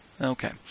Okay